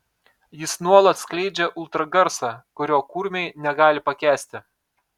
jis nuolat skleidžia ultragarsą kurio kurmiai negali pakęsti